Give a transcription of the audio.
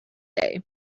day